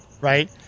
Right